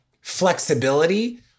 flexibility